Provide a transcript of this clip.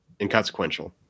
inconsequential